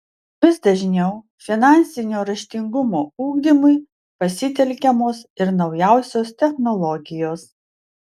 vis dažniau finansinio raštingumo ugdymui pasitelkiamos ir naujausios technologijos